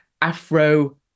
Afro